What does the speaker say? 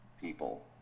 people